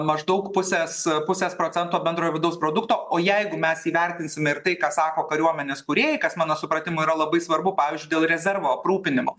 maždaug pusės pusės procento bendrojo vidaus produkto o jeigu mes įvertinsime ir tai ką sako kariuomenės kūrėjai kas mano supratimu yra labai svarbu pavyzdžiui dėl rezervo aprūpinimo